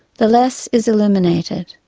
the less is illuminated.